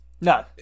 No